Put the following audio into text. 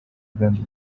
ubwandu